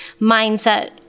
mindset